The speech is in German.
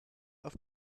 auf